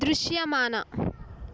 దృశ్యమాన